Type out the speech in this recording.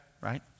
right